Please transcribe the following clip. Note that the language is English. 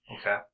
okay